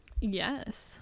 Yes